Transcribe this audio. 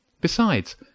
Besides